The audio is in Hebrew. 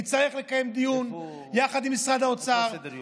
נצטרך לקיים דיון יחד עם משרד האוצר,